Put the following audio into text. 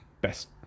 best